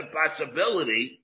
possibility